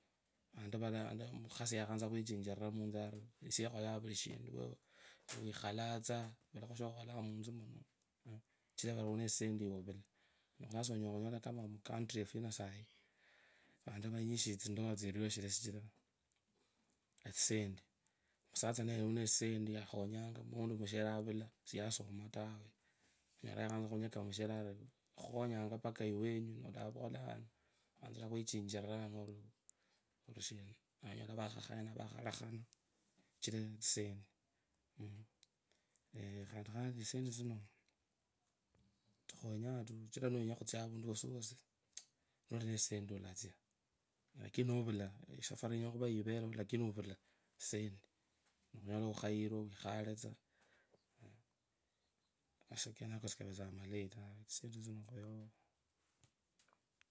Mukhasi yakhanza khwichinjira mutsu are, esie ekhulanga vuri eshindu, wikhalaa tsaa, shivalakho shokholanga mutsu muno, kachira khare unetsisendi ewe uvula sasaonyala khunyola kama mucountry. Yefu ino sai, vantu vanyinji tsindua tsirishire, kachira tsisendi musatsa niye unatsisendi, alhonyanga, aundi musheve avula siyasoma taa, onyala yakhatsa khunyaka musheve orikhukhonyanga mpaka iwenyi nolavolayano. wotsirekhwichichira ano orishina nonyola vakhakhayana vakhalekhana sichira tsisendi eeh. Khandi khandi tsisendi tsino, tsikhonya tuu, kachira niwinga khutsa avuntu wosi wosi, nolinetsendi ulotsia, lakini novula asafari inyala khuva ivereo.